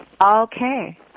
Okay